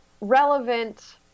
relevant